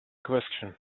question